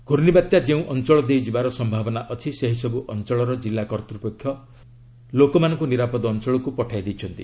ପ୍ରର୍ଷିବାତ୍ୟା ଯେଉଁ ଅଞ୍ଚଳ ଦେଇ ଯିବାର ସମ୍ଭାବନା ଅଛି ସେହିସବୁ ଅଞ୍ଚଳର ଜିଲ୍ଲା କର୍ତ୍ତୃପକ୍ଷ ଲୋକମାନଙ୍କୁ ନିରାପଦ ଅଞ୍ଚଳକୁ ପଠାଇ ଦେଇଛନ୍ତି